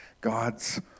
God's